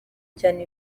cyane